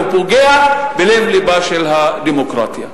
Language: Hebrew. והוא פוגע בלב-לבה של הדמוקרטיה.